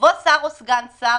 יבוא שר או סגן שר